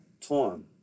time